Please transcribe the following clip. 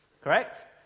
correct